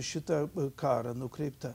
šitą karą nukreipta